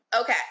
Okay